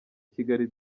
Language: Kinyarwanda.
kigali